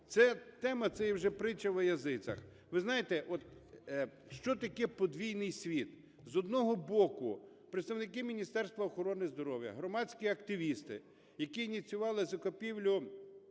Ця тема це є вже "притча во язицех". Ви знаєте, от що таке подвійний світ? З одного боку, представники Міністерства охорони здоров'я, громадські активісти, які ініціювали закупівлю